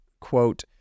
quote